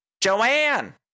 Joanne